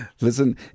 listen